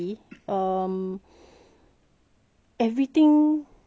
everything in the supermarket is like sold out